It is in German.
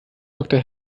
doktor